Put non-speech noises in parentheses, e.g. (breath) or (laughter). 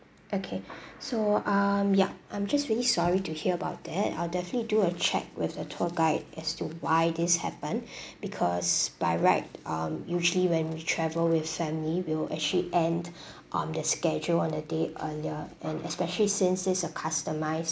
okay (breath) so um yup I'm just really sorry to hear about that I'll definitely do a check with the tour guide as to why this happened (breath) because by right um usually when we travel with family we'll actually end um the schedule on the day earlier and especially since this is a customised